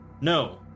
No